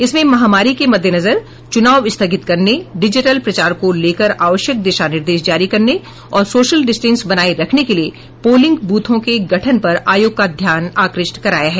इसमें महामारी के मद्देनजर चुनाव स्थगित करने डिजिटल प्रचार को लेकर आवश्यक दिशा निर्देश जारी करने और सोशल डिस्टेंस बनाये रखने के लिए पोलिंग बूथों के गठन पर आयोग का ध्यान आकृष्ट कराया गया है